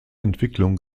entwicklung